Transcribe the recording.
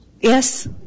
Yes